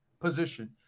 position